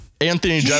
anthony